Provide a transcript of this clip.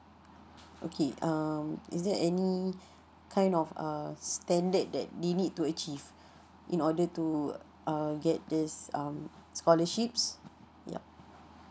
okay um is there any kind of uh standard that they need to achieve in order to uh get this um scholarships yup